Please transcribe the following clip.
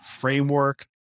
framework